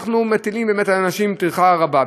אנחנו מטילים באמת על אנשים טרחה רבה.